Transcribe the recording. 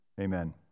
Amen